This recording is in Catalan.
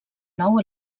nou